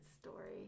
story